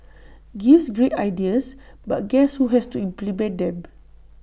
gives great ideas but guess who has to implement them